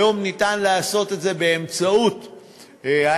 היום ניתן לעשות את זה באמצעות האינטרנט,